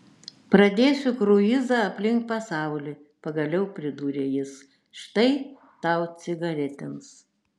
pradėsiu kruizą aplink pasaulį pagaliau pridūrė jis štai tau cigaretėms